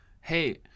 hey